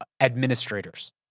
administrators